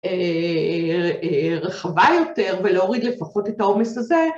רחבה יותר ולהוריד לפחות את העומס הזה.